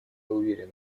уверен